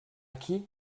qui